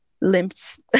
limped